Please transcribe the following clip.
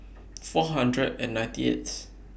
four hundred and ninety eighth